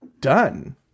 done